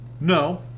No